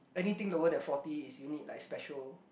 anything lower than forty is you need like special